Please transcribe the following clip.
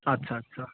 আচ্ছা আচ্ছা